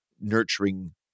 nurturing